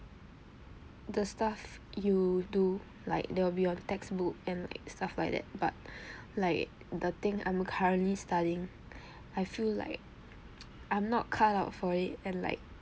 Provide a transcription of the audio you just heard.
the stuff you do like they will be on textbook and like stuff like that but like the thing I'm currently studying I feel like I'm not cut out for it and like